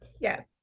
yes